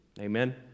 Amen